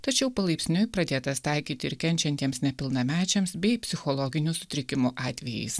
tačiau palaipsniui pradėtas taikyti ir kenčiantiems nepilnamečiams bei psichologinių sutrikimų atvejais